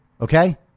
Okay